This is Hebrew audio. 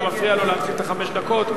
אתה מפריע לו להתחיל את חמש הדקות.